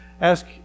ask